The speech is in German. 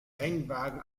rennwagen